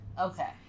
Okay